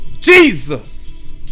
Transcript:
Jesus